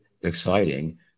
exciting